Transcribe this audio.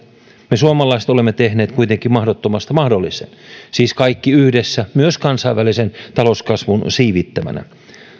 me suomalaiset olemme tehneet kuitenkin mahdottomasta mahdollisen siis kaikki yhdessä myös kansainvälisen talouskasvun siivittämänä